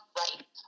right